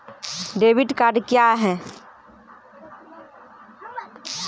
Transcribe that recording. Debit card क्या हैं?